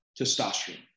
testosterone